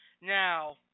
now